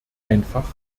einfach